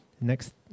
Next